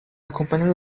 accompagnata